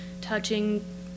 touching